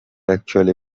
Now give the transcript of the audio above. actually